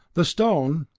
the stone,